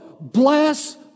bless